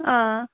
آ